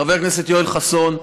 חבר הכנסת יואל חסון,